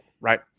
Right